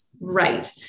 right